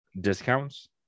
discounts